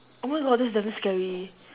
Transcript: oh my god this is damn scary